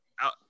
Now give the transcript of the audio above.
Out